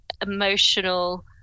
emotional